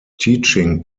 teaching